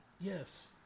Yes